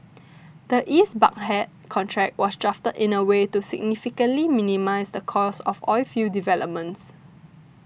the East Baghdad contract was drafted in a way to significantly minimise the cost of oilfield developments